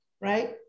right